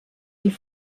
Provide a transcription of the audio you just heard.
die